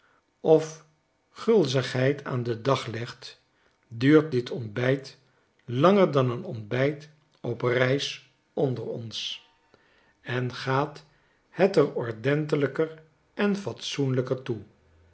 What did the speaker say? of gulzigheid aan den dag legt duurt dit ontbyt langer dan een ontbijt op reis onder ons en gaat het er ordentelijker en fatsoenlyker toe